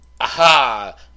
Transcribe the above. aha